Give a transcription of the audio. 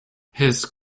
his